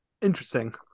Interesting